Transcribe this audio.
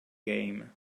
game